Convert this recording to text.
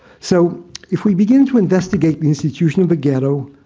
so if we begin to investigate the institution of the ghetto,